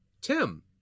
Tim